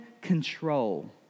control